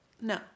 No